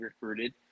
recruited